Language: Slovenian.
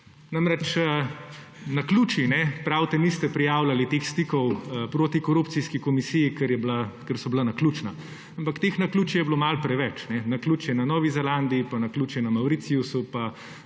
stranka. Pravite da niste prijavljali teh stikov protikorupcijski komisiji, ker so bila naključna. Ampak teh naključij je bilo malo preveč. Naključje na Novi Zelandiji, pa naključje na Mauritiusu, pa